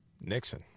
nixon